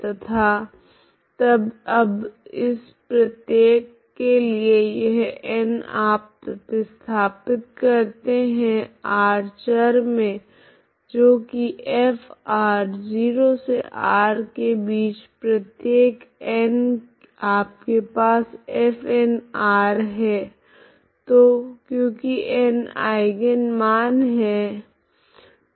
तथा तब अब इस प्रत्येक के लिए यह n आप प्रतिस्थापित करते है r चर मे जो की F 0 R के बीच प्रत्येक n आपके पास Fn है तो क्योकि n आइगन मान है